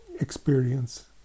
experience